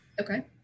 Okay